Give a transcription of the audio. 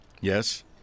yes